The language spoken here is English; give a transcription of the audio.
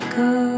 go